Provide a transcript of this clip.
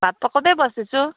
भात पकाउँदै बस्दैछु